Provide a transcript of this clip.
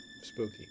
Spooky